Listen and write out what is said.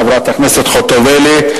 תודה לחברת הכנסת חוטובלי.